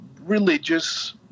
religious